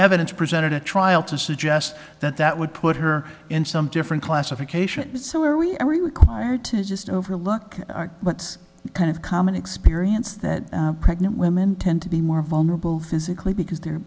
evidence presented at trial to suggest that that would put her in some different classification so are we i required to just overlook what kind of common experience that pregnant women tend to be more vulnerable physically because they're